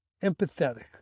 empathetic